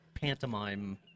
pantomime